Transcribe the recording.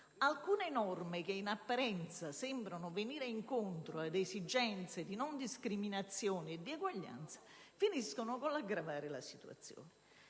alcune norme che in apparenza sembrano venire incontro ad esigenze di non discriminazione e di eguaglianza, finiscono con l'aggravare la situazione.